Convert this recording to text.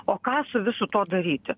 o ką su visu tuo daryti